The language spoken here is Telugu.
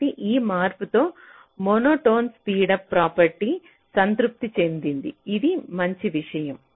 కాబట్టి ఈ మార్పుతో మోనోటోన్ స్పీడప్ ప్రాపర్టీ సంతృప్తి చెందింది ఇది మంచి విషయం